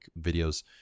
videos